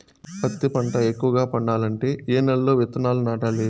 పత్తి పంట ఎక్కువగా పండాలంటే ఏ నెల లో విత్తనాలు నాటాలి?